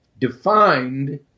defined